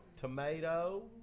tomato